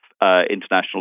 international